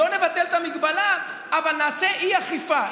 לא נבטל את המגבלה אבל נעשה אי-אכיפה,